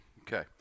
Okay